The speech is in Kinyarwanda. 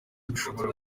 bishobora